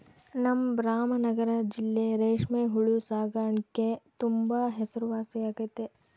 ನಮ್ ರಾಮನಗರ ಜಿಲ್ಲೆ ರೇಷ್ಮೆ ಹುಳು ಸಾಕಾಣಿಕ್ಗೆ ತುಂಬಾ ಹೆಸರುವಾಸಿಯಾಗೆತೆ